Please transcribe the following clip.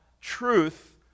truth